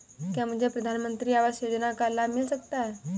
क्या मुझे प्रधानमंत्री आवास योजना का लाभ मिल सकता है?